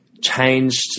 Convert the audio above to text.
changed